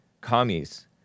commies